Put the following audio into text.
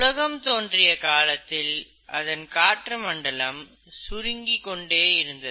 உலகம் தோன்றிய காலத்தில் அதன் காற்றுமண்டலம் சுருங்கி கொண்டு இருந்தது